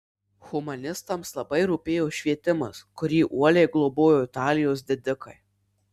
humanistams labai rūpėjo švietimas kurį uoliai globojo italijos didikai